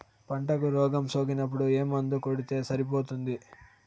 పంటకు రోగం సోకినపుడు ఏ మందు కొడితే సరిపోతుంది?